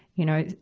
you know,